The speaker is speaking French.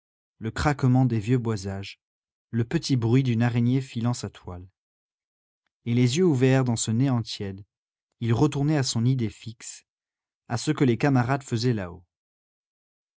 le craquement des vieux boisages le petit bruit d'une araignée filant sa toile et les yeux ouverts dans ce néant tiède il retournait à son idée fixe à ce que les camarades faisaient là-haut